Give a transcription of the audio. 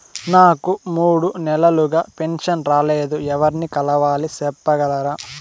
నాకు మూడు నెలలుగా పెన్షన్ రాలేదు ఎవర్ని కలవాలి సెప్పగలరా?